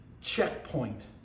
checkpoint